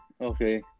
Okay